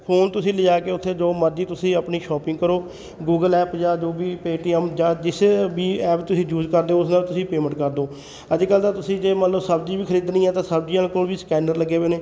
phone ਤੁਸੀਂ ਲਿਜਾ ਕੇ ਉੱਥੇ ਜੋ ਮਰਜ਼ੀ ਤੁਸੀਂ ਆਪਣੀ ਸ਼ੋਪਿੰਗ ਕਰੋ ਗੂਗਲ ਐਪ ਜਾਂ ਜੋ ਵੀ ਪੇਟੀਐੱਮ ਜਾਂ ਜਿਸੇ ਵੀ ਐਪ ਤੁਸੀਂ ਯੂਜ਼ ਕਰਦੇ ਹੋ ਉਸ ਨਾਲ ਤੁਸੀਂ ਪੇਮੈਂਟ ਕਰ ਦਿਉ ਅੱਜ ਕੱਲ੍ਹ ਤਾਂ ਤੁਸੀਂ ਜੇ ਮੰਨ ਲਉ ਸਬਜ਼ੀ ਵੀ ਖਰੀਦਣੀ ਹੈ ਤਾਂ ਸਬਜ਼ੀ ਵਾਲੇ ਕੋਲ ਵੀ ਸਕੈਨਰ ਲੱਗੇ ਵੇ ਨੇ